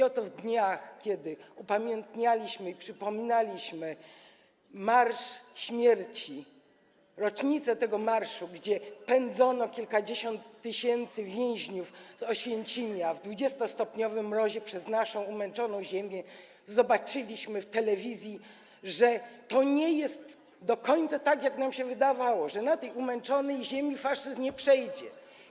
Oto w dniach, kiedy upamiętnialiśmy i przypominaliśmy marsz śmierci, w rocznicę tego marszu, podczas którego pędzono kilkadziesiąt tysięcy więźniów z Oświęcimia w 20-stopniowym mrozie przez naszą umęczoną ziemię, zobaczyliśmy w telewizji, że to nie jest do końca tak, jak nam się wydawało - że na tej umęczonej ziemi faszyzm nie przejdzie.